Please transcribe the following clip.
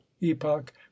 epoch